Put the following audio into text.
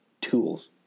tools